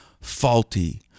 faulty